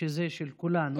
שזה של כולנו,